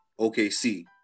OKC